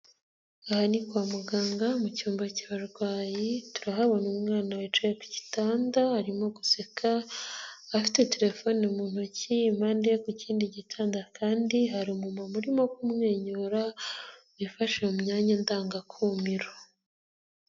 Aha ni kwa muganga mu cyumba cy'abarwayi, turahabona umwana wicaye ku gitanda arimo guseka afite terefone mu ntoki, impande ku kindi gitanda kandi hari umumama urimo kumwenyura wifashe mu myanya ndangakumiro.